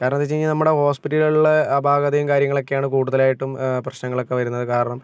കാരണമെന്താണ് വെച്ച് കഴിഞ്ഞാൽ നമ്മുടെ ഹോസ്പിറ്റലുകളിലെ അപാകതയും കാര്യങ്ങളൊക്കെ ആണ് കൂടുതലായിട്ടും പ്രശ്നങ്ങളൊക്കെ വരുന്നത് കാരണം